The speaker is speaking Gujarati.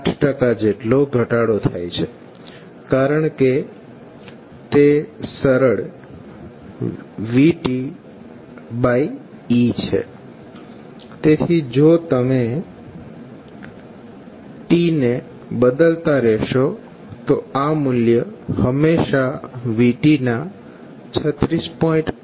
8 જેટલો ઘટાડો થાય છે કારણકે તે સરળve છે તેથી જો તમે t ને બદલાતા રહેશો તો આ મૂલ્ય હંમેશાં v ના 36